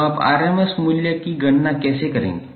तो आप rms मूल्य की गणना कैसे करेंगे